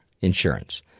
insurance